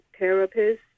therapists